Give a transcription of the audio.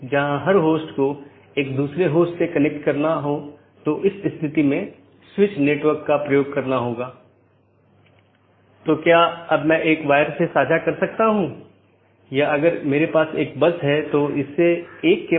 और जैसा कि हम समझते हैं कि नीति हो सकती है क्योंकि ये सभी पाथ वेक्टर हैं इसलिए मैं नीति को परिभाषित कर सकता हूं कि कौन पारगमन कि तरह काम करे